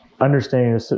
understanding